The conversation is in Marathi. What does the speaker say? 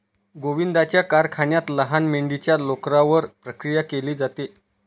गोविंदाच्या कारखान्यात लहान मेंढीच्या लोकरावर प्रक्रिया केली जाते